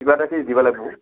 কিবা এটা ফিজ দিব লাগিব